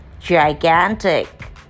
gigantic